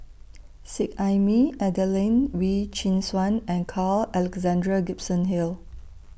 Seet Ai Mee Adelene Wee Chin Suan and Carl Alexander Gibson Hill